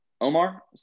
Omar